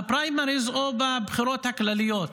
בפריימריז או בבחירות הכלליות,